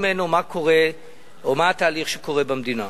ממנו מה קורה או מה התהליך שקורה במדינה.